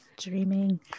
Dreaming